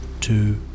two